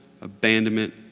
abandonment